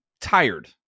tired